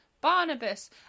Barnabas